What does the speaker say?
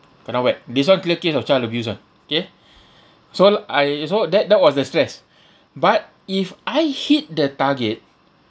kena whack this [one] clear case of child abuse [one] K so I so that that was the stress but if I hit the target